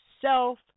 self